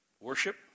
worship